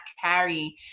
carry